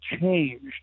changed